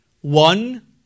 One